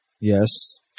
Yes